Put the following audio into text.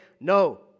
no